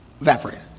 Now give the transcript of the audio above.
evaporated